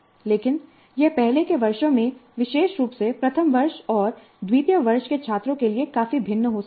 लेकिन यह पहले के वर्षों में विशेष रूप से प्रथम वर्ष और द्वितीय वर्ष के छात्रों के लिए काफी भिन्न हो सकता है